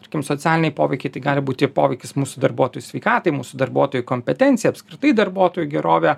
tarkim socialiniai poveikiai tai gali būti ir poveikis mūsų darbuotojų sveikatai mūsų darbuotojų kompetencija apskritai darbuotojų gerovė